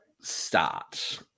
start